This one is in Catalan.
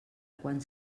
quan